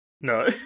No